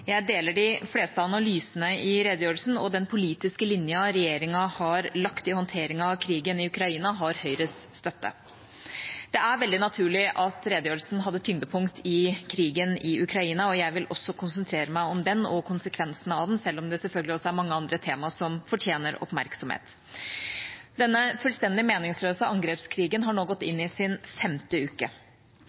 Jeg deler de fleste analysene i redegjørelsen, og den politiske linja regjeringa har lagt i håndteringen av krigen i Ukraina, har Høyres støtte. Det er veldig naturlig at redegjørelsen hadde tyngdepunkt i krigen i Ukraina, og jeg vil også konsentrere meg om den og konsekvensene av den, selv om det selvfølgelig er mange andre temaer som også fortjener oppmerksomhet. Denne fullstendig meningsløse angrepskrigen har nå gått inn i sin 5. uke.